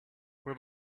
where